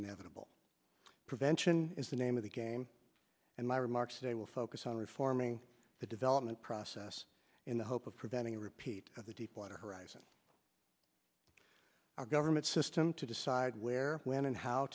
inevitable prevention is the name of the game and my remarks today will focus on reforming the development process in the hope of preventing a repeat of the deepwater horizon our government system to decide where when and how